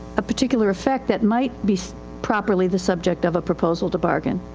a particular effect that might be properly the subject of a proposal to bargain.